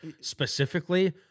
Specifically